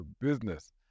business